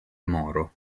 moro